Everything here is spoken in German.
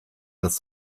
das